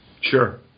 Sure